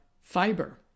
fiber